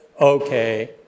okay